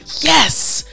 Yes